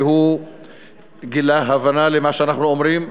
והוא גילה הבנה למה שאנחנו אומרים.